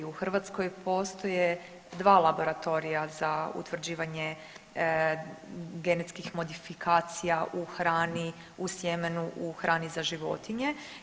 U Hrvatskoj postoje dva laboratorija za utvrđivanje genetskih modifikacija u hrani, u sjemenu, u hrani za životinje.